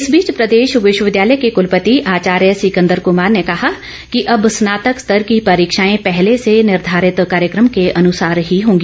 इस बीच प्रदेश विश्वविद्यालय के कुलपति आचार्य सिकंदर कमार ने कहा कि अब स्नातक स्तर की परीक्षाए पहले से निर्धारित कार्यकम के अनुसार ही होगी